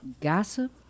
Gossip